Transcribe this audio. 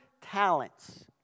talents